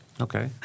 Okay